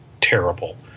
terrible